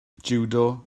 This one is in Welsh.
jiwdo